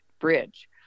Bridge